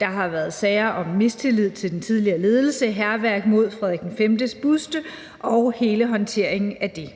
Der har været sager om mistillid til den tidligere ledelse, hærværk mod Frederik V's buste og hele håndteringen af det.